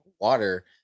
water